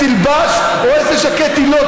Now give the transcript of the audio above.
קדימה.